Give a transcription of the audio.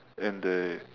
and the